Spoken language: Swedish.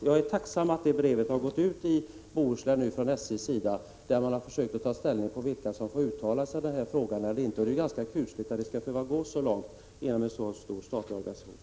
Jag är tacksam för att SJ:s brev har gått ut, där man tar ställning till vilka som får uttala sig eller inte. Det är ju kusligt att det skall behöva gå så långt inom en så stor statlig organisation!